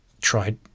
tried